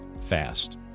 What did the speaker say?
fast